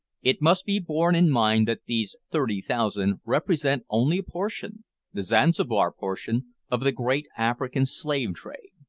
it must be borne in mind that these thirty thousand represent only a portion the zanzibar portion of the great african slave-trade.